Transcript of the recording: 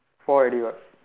four already what